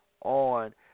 on